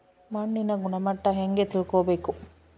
ಮಣ್ಣಿನ ಗುಣಮಟ್ಟ ಹೆಂಗೆ ತಿಳ್ಕೊಬೇಕು?